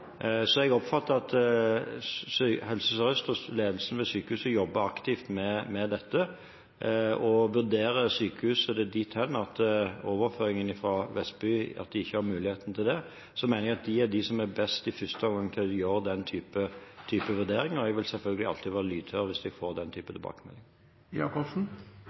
Jeg oppfatter at Helse Sør-Øst og ledelsen ved sykehuset jobber aktivt med dette, og vurderer sykehuset det dit hen at de ikke har mulighet til å motta pasienter fra Vestby, mener jeg at det er de som i første omgang er best til å gjøre den type vurderinger. Jeg vil selvfølgelig alltid være lydhør hvis jeg får den type